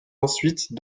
ensuite